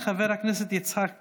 חבר הכנסת יצחק פינדרוס,